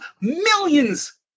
millions